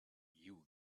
you